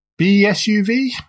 BSUV